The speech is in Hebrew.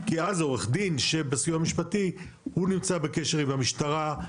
כי אז עורך דין בסיוע המשפטי שנמצא בקשר עם המשטרה,